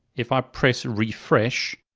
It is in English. if i press refresh,